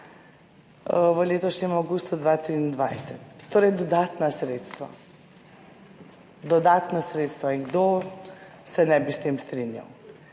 v letošnjem avgustu 2023. Torej, dodatna sredstva. Dodatna sredstva, in kdo se ne bi s tem strinjal.